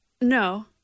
No